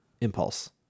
impulse